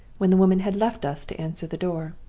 when the woman had left us to answer the door.